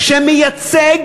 שמייצג